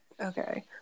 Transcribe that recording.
okay